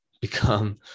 become